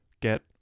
get